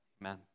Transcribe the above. amen